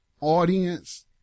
audience